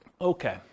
Okay